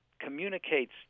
communicates